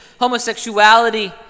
homosexuality